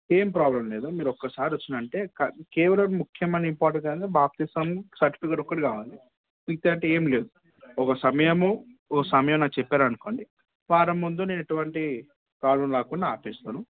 ఏం ప్రాబ్లం లేదు మీరి ఒకసారి వచ్చినారు అంటే క కేవలం ముఖ్యమైన ఇంపార్టెంట్ అనేది బాప్టిజం సర్టిఫికెట్ ఒకటి కావాలి మిగతావి ఏం లేవు ఒక సమయము ఒక సమయం నాకు చెప్పారు అనుకోండి వారం ముందు నేను ఎటువంటి ప్రాబ్లం రాకుండా ఆపేస్తాను